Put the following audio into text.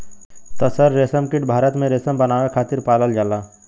तसर रेशमकीट भारत में रेशम बनावे खातिर पालल जाला